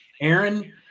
Aaron